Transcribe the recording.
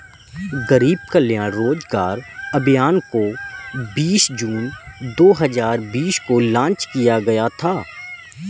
गरीब कल्याण रोजगार अभियान को बीस जून दो हजार बीस को लान्च किया गया था